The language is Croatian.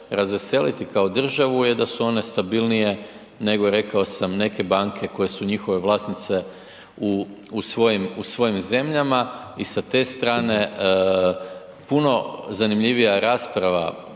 razveseliti kao državu da su one stabilnije nego rekao sam neke banke koje su njihove vlasnice u svojim zemljama. I sa te strane puno zanimljivija rasprava